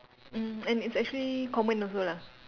mm and it's actually common also lah